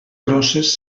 grosses